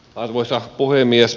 arvoisa puhemies